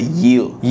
yield